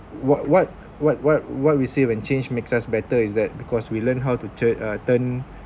what what what what what we say when change makes us better is that because we learned how to tur~ uh turn